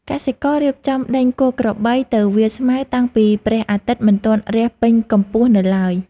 កសិកររៀបចំដេញគោក្របីទៅវាលស្មៅ តាំងពីព្រះអាទិត្យមិនទាន់រះពេញកម្ពស់នៅឡើយ។